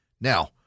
Now